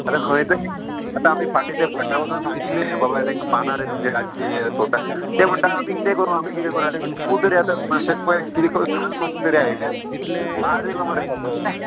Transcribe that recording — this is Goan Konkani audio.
आतां खंय तरी आतां आमी फाटी तें बटा वचून सांगिल्ले बाबा तांकां बानार तुमचे रातचे सोटा ते म्हणटा आमी कितें करूं आमी किदें करूं आतां तूं तरी आतां शेकपा कितें करूं सांग मातशें तरी आयडिया वाज येयलो मरे सोगळो शें